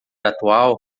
atual